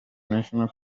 nation